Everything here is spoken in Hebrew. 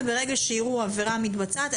וברגע שיראו עבירה מתבצעת,